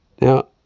Now